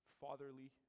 fatherly